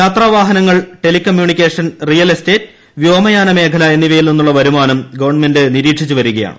യാത്രാവാഹനങ്ങൾ telecommunication real estate വ്യോമയാന മേഖല എന്നിവയിൽ നിന്നുള്ള വരുമാനം ഗവൺമെന്റ് നിരീക്ഷിച്ച് വരികയാണ്